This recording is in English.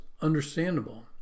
understandable